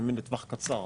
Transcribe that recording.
אני מבין לטווח קצר.